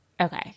Okay